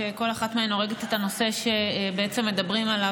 שכל אחת מהן הורגת את הנושא שבעצם מדברים עליו,